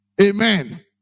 Amen